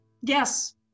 yes